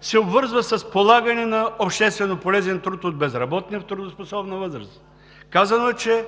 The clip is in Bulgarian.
се обвързва с полагане на общественополезен труд от безработни в трудоспособна възраст. Казано е, че